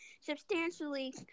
substantially